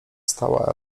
stała